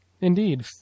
Indeed